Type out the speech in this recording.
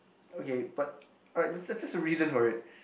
okay but alright that's just the reason for it